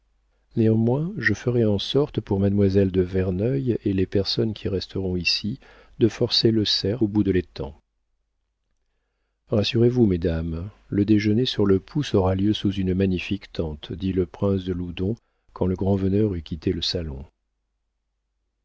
néanmoins je ferai en sorte pour mademoiselle de verneuil et les personnes qui resteront ici de forcer le cerf au bout de l'étang rassurez-vous mesdames le déjeuner sur le pouce aura lieu sous une magnifique tente dit le prince de loudon quand le grand-veneur eut quitté le salon